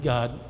God